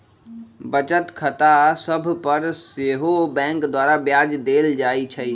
बचत खता सभ पर सेहो बैंक द्वारा ब्याज देल जाइ छइ